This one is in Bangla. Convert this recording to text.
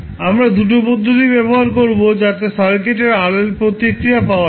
আমরা দুটো পদ্ধতিই ব্যাবহার করবো যাতে সার্কিটের RL প্রতিক্রিয়া পাওয়া যায়